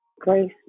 grace